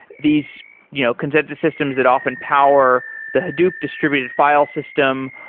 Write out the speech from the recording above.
these you know consensus systems that often power the hadoop distributed file system,